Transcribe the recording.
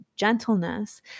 gentleness